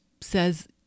says